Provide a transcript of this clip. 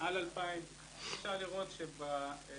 מעל 2,000. אפשר לראות שבמוסדות